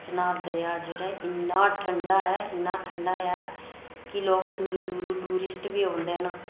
चिनाब दरेआ जेह्ड़ा ऐ इन्ना ठंडा ऐ इन्ना ठंडा ऐ की लोग दूर दूर दा टुरिस्ट बी औंदे न